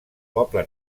poble